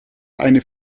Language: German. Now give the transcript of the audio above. eine